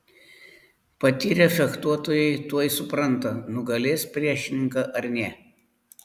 patyrę fechtuotojai tuoj supranta nugalės priešininką ar ne